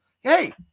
Hey